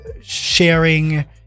sharing